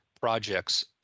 projects